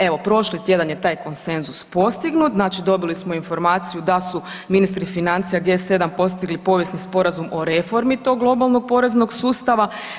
Evo prošli tjedan je taj konsenzus postignut, dobili smo informaciju da su ministri financija G7 postigli povijesni sporazum o reformi tog globalnog poreznog sustava.